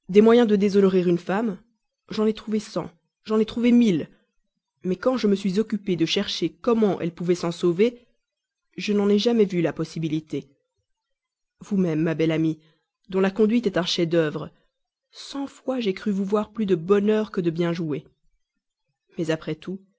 des moyens de déshonorer une femme j'en ai trouvé cent j'en ai trouvé mille mais quand je me suis occupé de chercher comment elle pourrait s'en sauver je n'en ai jamais vu la possibilité vous-même ma belle amie dont la conduite est un chef-d'œuvre cent fois j'ai cru vous voir plus de bonheur que de bien joué mais après tout